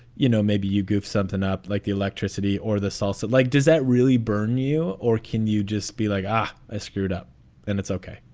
you know, maybe you give something up like the electricity or the salsa? like, does that really burn you or can you just be like, i ah screwed up and it's ok?